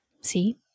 See